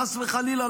חס וחלילה,